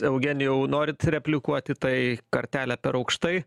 eugenijau norit replikuot į tai kartelę per aukštai